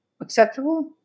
acceptable